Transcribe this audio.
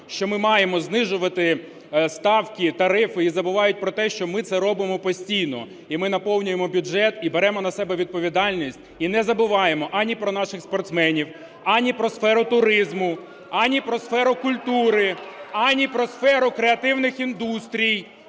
що ми маємо знижувати ставки і тарифи, і забувають про те, що ми це робимо постійно. І ми наповнюємо бюджет, і беремо на себе відповідальність. І не забуваємо ані про наших спортсменів, ані про сферу туризму, ані про сферу культури, ані про сферу креативних індустрій.